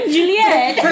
Juliet